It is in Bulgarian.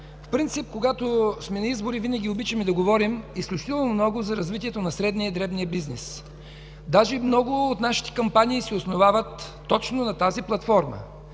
По принцип, когато сме на избори, винаги обичаме да говорим изключително много за развитието на средния и дребния бизнес. Даже много от нашите кампании се основават точно на тази платформа.